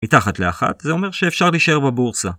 מתחת לאחת, זה אומר שאפשר להישאר בבורסה.